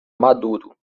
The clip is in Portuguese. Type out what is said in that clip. maduro